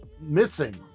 missing